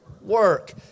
work